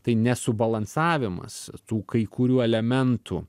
tai nesubalansavimas tų kai kurių elementų